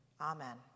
Amen